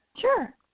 Sure